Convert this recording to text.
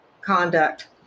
conduct